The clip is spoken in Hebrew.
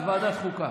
אז ועדת החוקה.